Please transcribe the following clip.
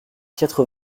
quatre